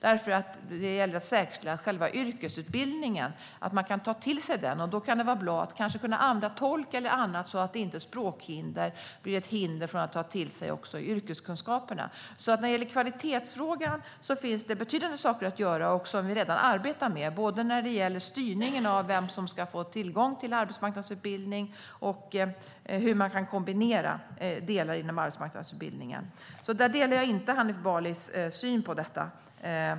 Det gäller att säkerställa att eleverna kan ta till sig själva yrkesutbildningen, och då kan det kanske vara bra att kunna använda tolk eller annat så att inte språket blir ett hinder för att ta till sig yrkeskunskaperna. När det gäller kvalitetsfrågan finns det alltså betydande saker att göra - också sådant som vi redan arbetar med. Det handlar både om styrningen av vem som ska få tillgång till arbetsmarknadsutbildning och om hur man kan kombinera delar inom utbildningen. Jag delar därför inte Hanif Balis syn på detta.